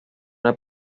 una